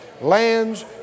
lands